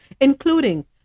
including